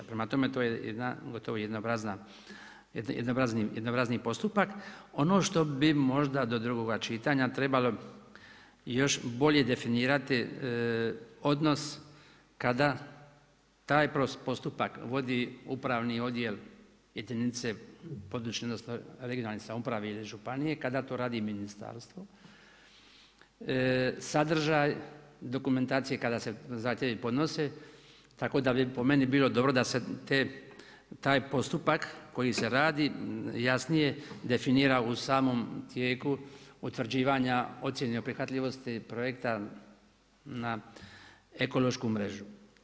Prema tome, to je jedna, gotovo jedan prazni postupak, ono što bi možda do drugoga čitanja trebalo još bolje definirati, odnos kada taj postupak vodi upravni odjel jedinice područne regionalne samouprave ili županije kada to radi i ministarstvo, sadržaj dokumentacije kada se zahtjevi podnose tako da bi po meni bilo dobro da se taj postupak koji se radi jasnije definira u samom tijeku utvrđivanja ocjene prihvatljivosti projekta na ekološku mrežu.